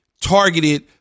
targeted